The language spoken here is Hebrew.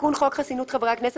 תיקון חוק חסינות חברי הכנסת,